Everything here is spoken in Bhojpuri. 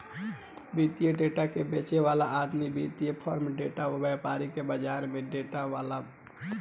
वित्तीय डेटा के बेचे वाला आदमी वित्तीय फार्म के डेटा, व्यापारी के बाजार के डेटा देवेला